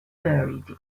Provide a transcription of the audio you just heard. buried